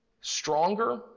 stronger